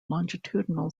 longitudinal